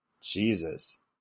Jesus